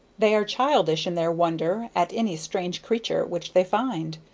they are childish in their wonder at any strange creature which they find.